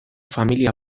familia